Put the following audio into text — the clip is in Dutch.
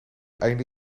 einde